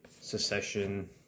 secession